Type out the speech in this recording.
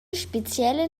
spezielle